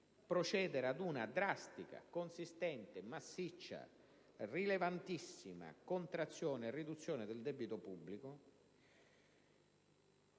procedere ad una drastica, consistente, massiccia, rilevantissima riduzione del debito pubblico